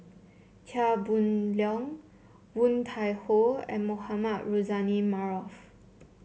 Chia Boon Leong Woon Tai Ho and Mohamed Rozani Maarof